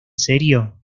serio